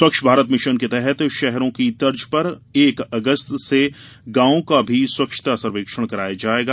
स्वच्छ भारत मिशन के तहत शहरों की तर्ज पर एक अगस्त से गॉवों का भी स्वच्छता सर्वेक्षण कराया जायेगा